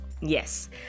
yes